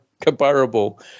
comparable